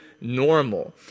normal